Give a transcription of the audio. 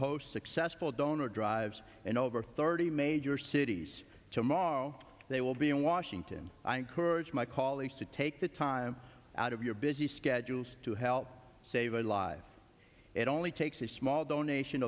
host successful donor drives and over thirty major cities tomorrow they will be in washington i encourage my colleagues to take the time out of your busy schedule to help save our lives it only takes a small donation